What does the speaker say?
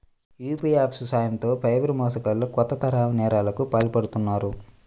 UPI apps సాయంతో cyber మోసగాళ్లు కొత్త తరహా నేరాలకు పాల్పడుతున్నారు